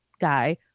guy